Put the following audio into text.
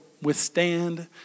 withstand